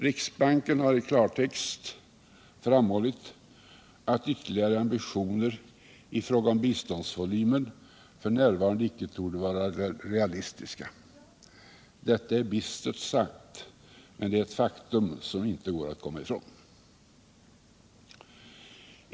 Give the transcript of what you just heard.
Riksbanken har i klartext framhållit att ytterligare ambitioner i fråga om biståndsvolymen f. n. inte torde vara realistiska. Det är bistert sagt, men det är ett faktum som det inte går att komma ifrån.